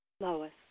Lois